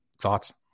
Thoughts